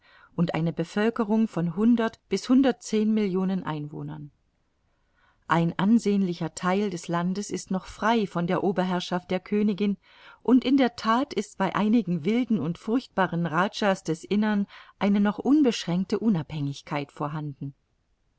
und eine bevölkerung von hundert bis hundertundzehn millionen einwohnern ein ansehnlicher theil des landes ist noch frei von der oberherrschaft der königin und in der that ist bei einigen wilden und furchtbaren rajahs des innern eine noch unbeschränkte unabhängigkeit vorhanden